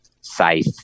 safe